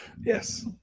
Yes